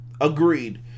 Agreed